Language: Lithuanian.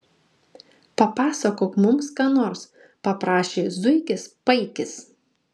papasakok mums ką nors paprašė zuikis paikis